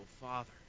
Father